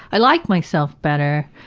i like myself better.